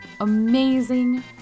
amazing